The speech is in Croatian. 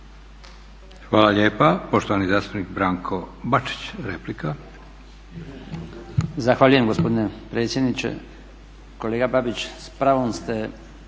Hvala lijepa. Poštovani zastupnik Branko Bačić replika.